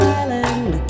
island